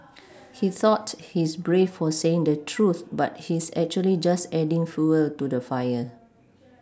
he thought he's brave for saying the truth but he's actually just adding fuel to the fire